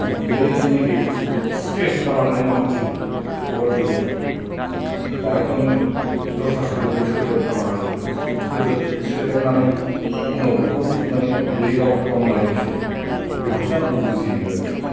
बे जेनोखि स्पेस गालाङो माखासे खौरां बिलाइयाव बाहायथ' नों दस्रा सोदोबबो सोदेरफानो हायो सोदेरनानै उनाव बिखौ माने लिक आवट खालामनो हायो बिसोर बेखौसो आं बुजियो आरोखि